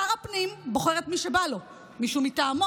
שר הפנים בוחר את מי שבא לו, מישהו מטעמו,